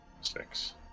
six